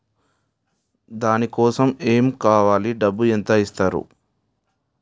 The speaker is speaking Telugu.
దాని కోసం ఎమ్ కావాలి డబ్బు ఎంత ఇస్తారు?